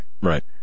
Right